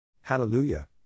Hallelujah